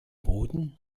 boden